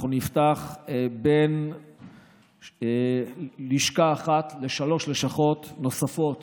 אנחנו נפתח בין לשכה אחת לשלוש לשכות נוספות